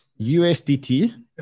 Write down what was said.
USDT